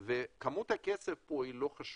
וכמות הכסף פה היא לא חשובה.